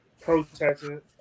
protesters